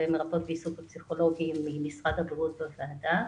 מרפאות בעיסוק ופסיכולוגים ממשרד הבריאות בוועדה.